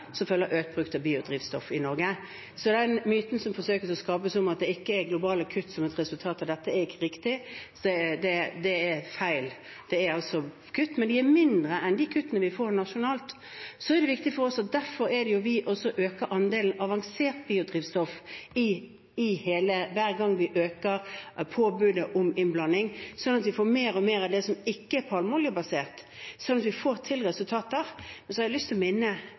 som følge av økt bruk av biodrivstoff i Norge. Så den myten som forsøkes skapt om at det ikke er globale kutt som et resultat av dette, er ikke riktig – det er feil. Det er altså kutt, men de er mindre enn de kuttene vi får nasjonalt. Det er viktig for oss at det er derfor vi også øker andelen avansert biodrivstoff hver gang vi øker påbudet om innblanding, så vi får og mer av det som ikke er palmeoljebasert, slik at vi får til resultater. Jeg har lyst til å minne